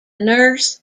nurse